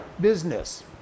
business